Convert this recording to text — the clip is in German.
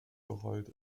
gerollt